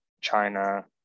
China